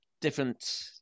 different